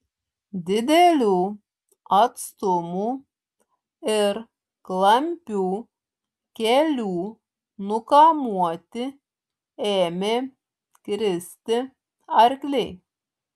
didelių atstumų ir klampių kelių nukamuoti ėmė kristi arkliai